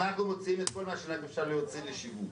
שאמר משהו שכולנו אומרים,